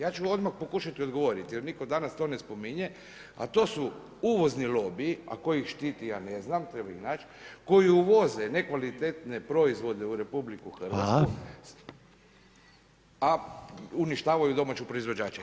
Ja ću odmah pokušati odgovoriti jer nitko danas to ne spominje, a to su uvozni lobiji, a tko ih štiti ja ne znam, treba ih naći, koji uvoze nekvalitetne proizvode u RH, a uništavaju domaće proizvođače.